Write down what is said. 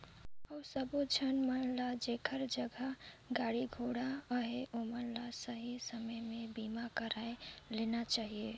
अउ सबो झन मन ल जेखर जघा गाड़ी घोड़ा अहे ओमन ल सही समे में बीमा करवाये लेना चाहिए